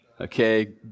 Okay